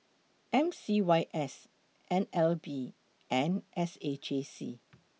M C Y S N L B and S A J C